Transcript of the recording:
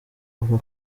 ubu